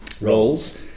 roles